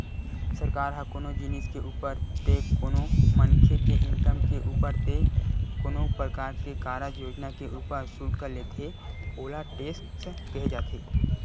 सरकार ह कोनो जिनिस के ऊपर ते कोनो मनखे के इनकम के ऊपर ते कोनो परकार के कारज योजना के ऊपर सुल्क लेथे ओला टेक्स केहे जाथे